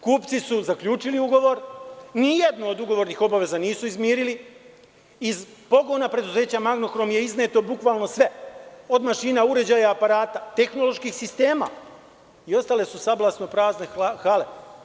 Kupci su zaključili ugovor, ni jednu od ugovornih obaveza nisu izmirili, iz pogona preduzeća „Magnohrom“ je izneto sve, od mašina, uređaja, aparata, tehnoloških sistema i ostale su sablasno prazne hale.